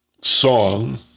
song